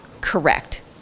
Correct